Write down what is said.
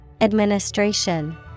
Administration